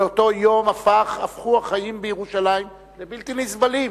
ומאותו יום הפכו החיים בירושלים לבלתי נסבלים.